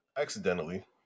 accidentally